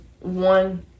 one